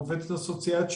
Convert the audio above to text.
העובדת הסוציאלית,